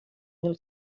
mil